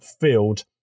field